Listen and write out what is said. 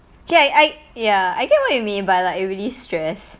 K I I ya I get what you mean but like it really stress